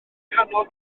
nghanol